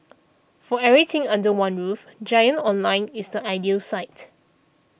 for everything under one roof Giant Online is the ideal site